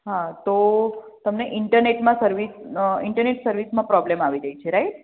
હા તો તમને ઇન્ટરનેટમાં સર્વિસ ઇન્ટરનેટ સર્વિસમાં પ્રોબ્લેમ આવી રહી છે રાઇટ